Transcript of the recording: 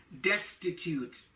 destitute